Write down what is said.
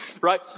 right